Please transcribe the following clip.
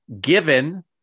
given